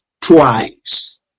twice